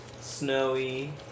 Snowy